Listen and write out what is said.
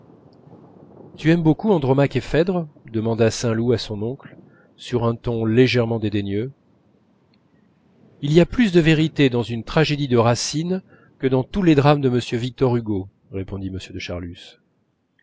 tu aimes beaucoup andromaque et phèdre demanda saint loup à son oncle sur un ton légèrement dédaigneux il y a plus de vérité dans une tragédie de racine que dans tous les drames de monsieur victor hugo répondit m de charlus